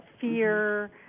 fear